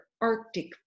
Arctic